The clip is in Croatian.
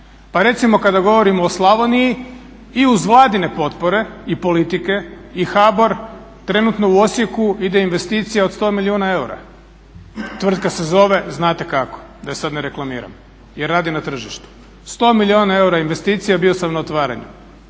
Pa recimo kada govorimo o Slavoniji i uz Vladine potpore i politike i HBOR trenutno u Osijeku ide investicija od 100 milijuna eura. Tvrtka se zove znate kako da je sad ne reklamiram jer radi na tržištu. 100 milijuna eura investicija, bio sam na otvaranju.